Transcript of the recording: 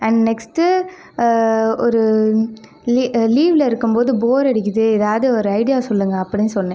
and next ஒரு லீவில் இருக்கும் போது போர் அடிக்குது எதாவது ஒரு ஐடியா சொல்லுங்கள் அப்படினு சொன்னேன்